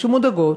מודאגות,